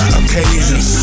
occasions